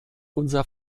unser